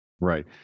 Right